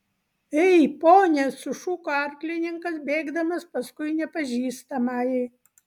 ei pone sušuko arklininkas bėgdamas paskui nepažįstamąjį